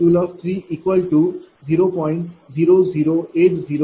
म्हणून A हा A20